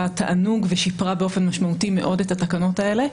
תענוג והיא שיפרה באופן משמעותי מאוד את התקנות האלה.